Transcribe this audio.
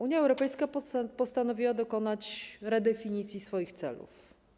Unia Europejska postanowiła dokonać redefinicji swoich celów.